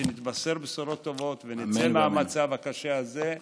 ושנתבשר בשורות טובות ונצא מהמצב הקשה הזה,